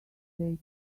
they